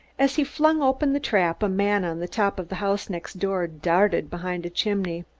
as he flung open the trap a man on the top of the house next door darted behind a chimney.